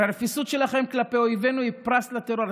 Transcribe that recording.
הרי הרפיסות שלכם כלפי אויבינו היא פרס לטרור.